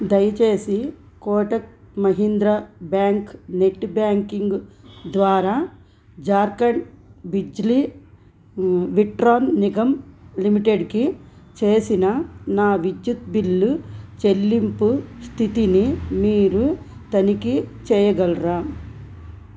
దయచేసి Kotak Mahindra bank net banking ద్వారా జార్ఖండ్ బిజ్లీ వితరణ్ నిగమ్ లిమిటెడ్కి చేసిన నా విద్యుత్తు బిల్లు చెల్లింపు స్థితిని మీరు తనిఖీ చెయ్యగలరా